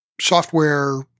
software